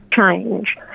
change